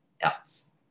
else